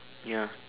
ya